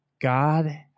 God